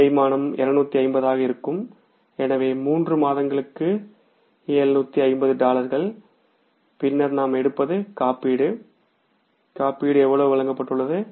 தேய்மானம் 250 ஆக இருக்கும் எனவே மூன்று மாதங்களுக்கு 750 டாலர்கள் பின்னர் நாம் எடுப்பது காப்பீடு காப்பீடு எவ்வளவு வழங்கப்பட்டுள்ளது